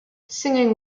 singing